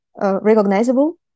recognizable